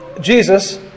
Jesus